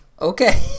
Okay